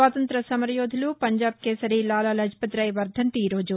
స్వాతంత్ర్య సమరయోధులు పంజాబ్ కేసరి లాలా లజపతిరాయ్ వర్గంతి ఈరోజు